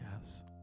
yes